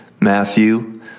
Matthew